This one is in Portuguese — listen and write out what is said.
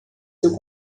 seu